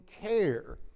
care